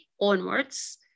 onwards